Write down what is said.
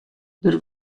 der